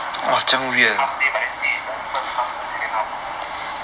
it's basically half day but then see if is the first half or the second half lor